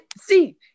See